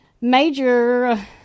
major